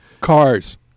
Cars